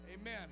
Amen